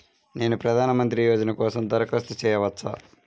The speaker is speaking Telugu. నేను ప్రధాన మంత్రి యోజన కోసం దరఖాస్తు చేయవచ్చా?